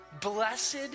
blessed